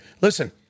listen